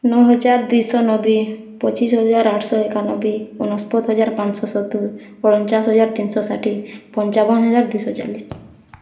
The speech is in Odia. ନଅ ହଜାର ଦୁଇଶହ ନବେ ପଚିଶି ହଜାର ଆଠଶହ ଏକାନବେ ଅନେଷତ ହଜାର ପାଞ୍ଚଶହ ସତୁରି ପଞ୍ଚାଶ ହଜାର ତିନିଶହ ଷାଠିଏ ପଞ୍ଚାବନ ହଜାର ଦୁଇଶହ ଚାଳିଶି